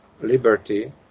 liberty